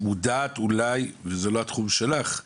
אולי זה לא התחום שלך,